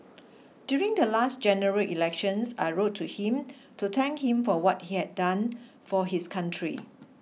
during the last general elections I wrote to him to thank him for what he has done for his country